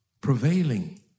prevailing